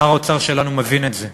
שר האוצר שלנו מבין את זה.